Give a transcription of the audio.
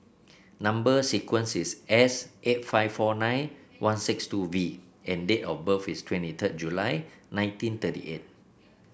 number sequence is S eight five four nine one six two V and date of birth is twenty third July nineteen thirty eight